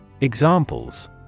Examples